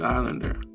Islander